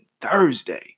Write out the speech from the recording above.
Thursday